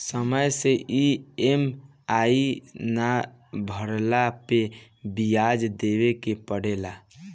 समय से इ.एम.आई ना भरला पअ बियाज देवे के पड़ेला